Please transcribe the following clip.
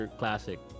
classic